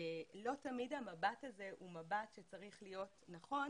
לא תמיד המבט הזה הוא מבט שצריך להיות נכון